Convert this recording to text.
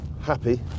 happy